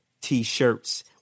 T-shirts